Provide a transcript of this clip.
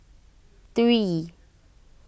three